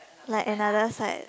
like another side